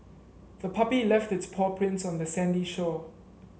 the puppy left its paw prints on the sandy shore